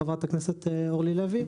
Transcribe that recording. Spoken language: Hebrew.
חברת הכנסת אורלי לוי,